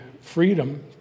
freedom